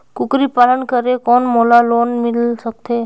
कूकरी पालन करे कौन मोला लोन मिल सकथे?